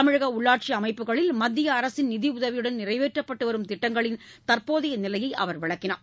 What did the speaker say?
தமிழக உள்ளாட்சி அமைப்புக்களில் மத்திய அரசின் நிதியுதவியுடன் நிறைவேற்றப்பட்டு வரும் திட்டங்களின் தற்போதைய நிலையை அவர் விளக்கினார்